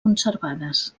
conservades